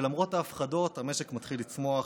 ולמרות ההפחדות המשק מתחיל לצמוח,